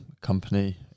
company